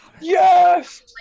Yes